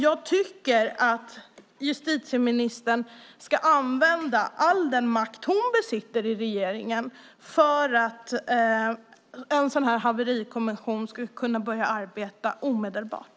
Jag tycker att justitieministern ska använda all den makt som hon besitter i regeringen för att en haverikommission ska kunna börja arbeta omedelbart.